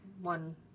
one